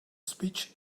speech